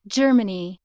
germany